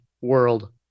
world